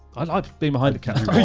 i love being behind the camera.